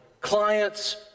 clients